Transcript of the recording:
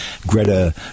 Greta